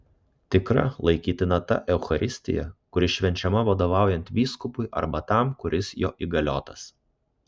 tikra laikytina ta eucharistija kuri švenčiama vadovaujant vyskupui arba tam kuris jo įgaliotas